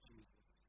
Jesus